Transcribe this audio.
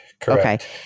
Correct